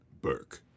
Burke